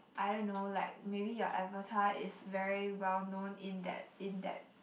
I don't know like maybe your avatar is very well known in that in that